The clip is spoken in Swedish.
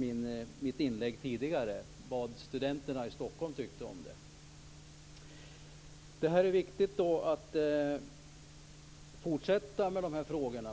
i mitt inlägg tidigare vad studenterna i Stockholm tyckte om det. Det är viktigt att fortsätta med dessa frågor.